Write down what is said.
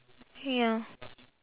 ya